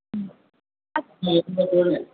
ꯎꯝ